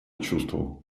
чувствовал